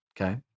okay